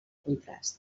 contrast